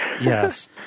Yes